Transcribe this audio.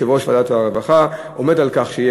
יושב-ראש ועדת הרווחה עומד על כך שיהיה